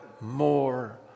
more